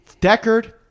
Deckard